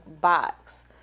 box